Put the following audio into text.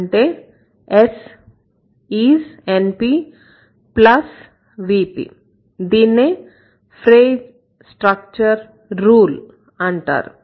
అంటే S is NP plus VP దీనినే 'phrase structure rule' అంటారు